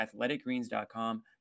athleticgreens.com